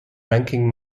ranking